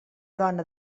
dona